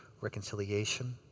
reconciliation